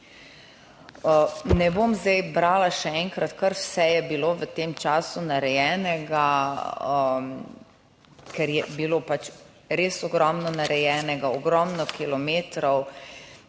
Ne bom zdaj brala še enkrat, kaj vse je bilo v tem času narejenega, ker je bilo pač res ogromno narejenega, ogromno kilometrov